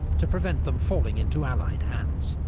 to prevent them falling into allied hands.